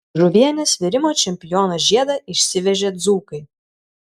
žuvienės virimo čempiono žiedą išsivežė dzūkai